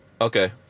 Okay